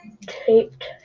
taped